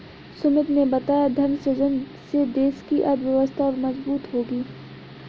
सुमित ने बताया धन सृजन से देश की अर्थव्यवस्था और मजबूत होगी